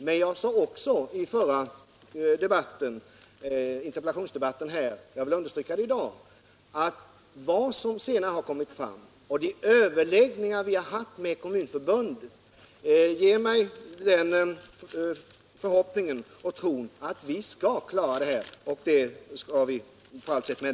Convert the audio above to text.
Men jag sade också i interpellationsdebatten, och jag vill understryka det i dag, att vad som har kommit fram vid de överläggningar som vi har haft med Kommunförbundet inger mig förhoppningen att vi skall klara programmet.